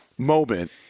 moment